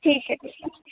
ٹھیک ہے ٹھیک ہے